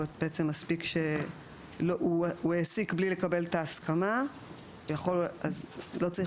מספיק שהוא העסיק בלי לקבל את ההסכמה לא צריך